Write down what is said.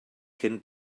cyn